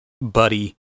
buddy